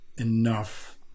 enough